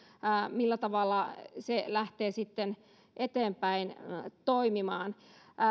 millä tavalla se lähtee eteenpäin toimimaan